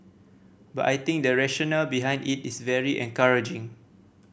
but I think the rationale behind it is very encouraging